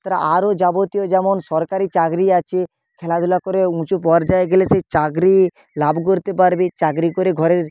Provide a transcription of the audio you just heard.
তার আরও যাবতীয় যেমন সরকারি চাকরি আছে খেলাধূলা করে উঁচু পর্যায়ে গেলে সেই চাকরি লাভ করতে পারবে চাকরি করে ঘরের